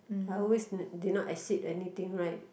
I always did not exceed anything right